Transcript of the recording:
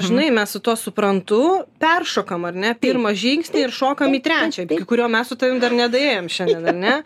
žinai mes su tuo suprantu peršokam ar ne pirmą žingsnį ir šokam į trečiąjį kurio mes su tavim dar nedaėjom šiandien ar ne